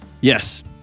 Yes